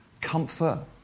comfort